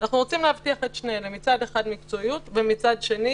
אנחנו רוצים להבטיח את שני אלה מצד אחד מקצועיות ומצד שני